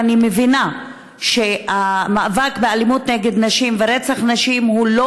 ואני מבינה שהמאבק באלימות נגד נשים ורצח נשים הוא לא